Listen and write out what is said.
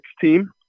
team